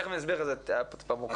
עופר, תכף אסביר לך את זה, זה טיפה מורכב.